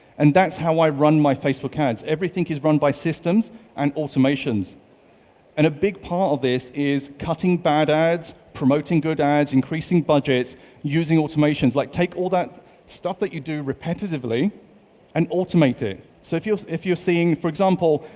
and that's how i run my facebook ads. everything is run by systems and automations and a big part of this is cutting bad ads, promoting good ads, increasing budgets, and using automations. like, take all that stuff that you do repetitively and automate it. so if you're if you're seeing for example,